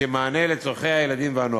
כמענה לצורכי הילדים והנוער.